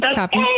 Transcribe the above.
copy